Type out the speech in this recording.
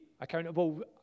accountable